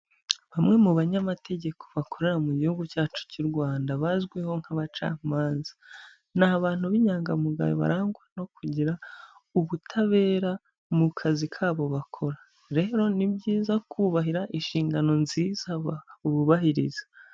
Bamwe mu banyamategeko bakorera mu gihugu cyacu cy'u Rwanda bazwiho nk'abacamanza, ni abantu b'inyangamugayo barangwa no kugira ubutabera mu kazi kabo bakora rero ni byiza kubahira inshingano nziza bubahiriza.